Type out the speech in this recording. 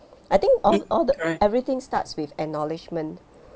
I think all all the everything starts with acknowledgement